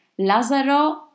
Lazaro